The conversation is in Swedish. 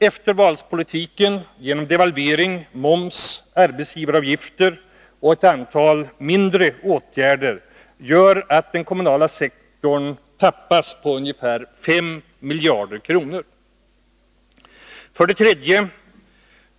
Eftervalspolitiken med devalvering, höjd moms och höjda arbetsgivaravgifter samt ett antal mindre åtgärder gör att den kommunala sektorn tappas på ungefär 5 miljarder kronor. 3.